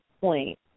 point